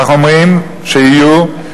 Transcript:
כך אומרים שיהיו,